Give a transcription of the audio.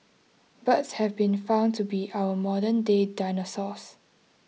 birds have been found to be our modern day dinosaurs